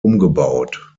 umgebaut